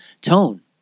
tone